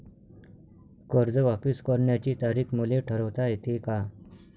कर्ज वापिस करण्याची तारीख मले ठरवता येते का?